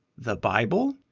the bible,